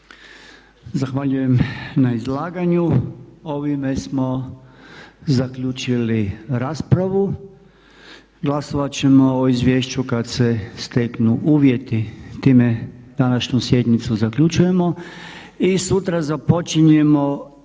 Zahvaljujem na izlaganju. Ovime smo zaključili raspravu. Glasovat ćemo o izvješću kad se steknu uvjeti. Time današnju sjednicu zaključujemo. Sutra započinjemo